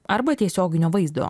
arba tiesioginio vaizdo